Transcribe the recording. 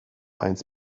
eins